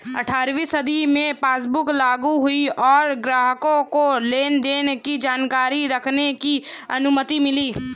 अठारहवीं शताब्दी में पासबुक लागु हुई और ग्राहकों को लेनदेन की जानकारी रखने की अनुमति मिली